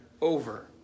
over